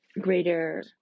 greater